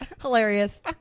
Hilarious